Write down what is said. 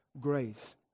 grace